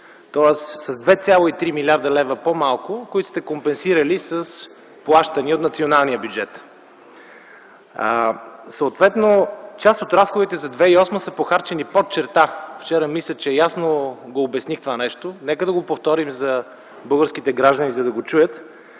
тоест с 2,3 млрд. лв. по-малко, които сте компенсирали с плащания от националния бюджет. Съответно част от разходите за 2008 г. са изхарчени под черта. Вчера мисля, че ясно обясних това нещо, нека го повторим за българските граждани, за да го чуят.